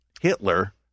Hitler